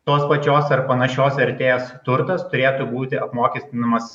tos pačios ar panašios vertės turtas turėtų būti apmokestinamas